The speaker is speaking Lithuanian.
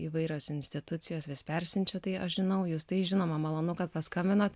įvairios institucijos vis persiunčia tai aš žinau jus tai žinoma malonu kad paskambinot